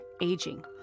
aging